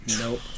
Nope